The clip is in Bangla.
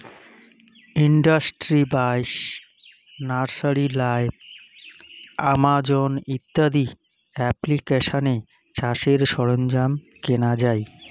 ইন্ডাস্ট্রি বাইশ, নার্সারি লাইভ, আমাজন ইত্যাদি এপ্লিকেশানে চাষের সরঞ্জাম কেনা যাই